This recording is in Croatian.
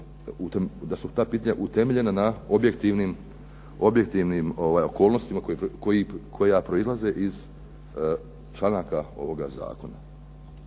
da su ta pitanja utemeljena na objektivnim okolnostima koja proizlaze iz članaka ovoga zakona.